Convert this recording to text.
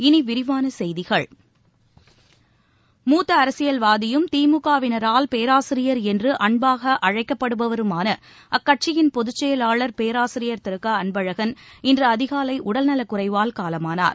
இனி விரிவான செய்திகள் மூத்த அரசியல்வாதியும் திமுக வினரால் பேராசிரியர் என்று அன்பாக அழைக்கப்படுபவருமான அக்கட்சியின் பொதுச்செயலாளர் பேராசியர் திரு க அன்பழகன் இன்று அதிகாலை உடல் நலக்குறைவால் காலமானார்